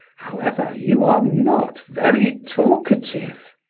however, you are not very talkative.